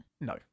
no